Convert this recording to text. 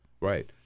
right